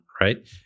right